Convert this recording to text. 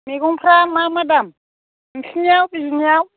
मैगंफ्रा मा मा दाम नोंसिनि बिजनियाव